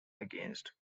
against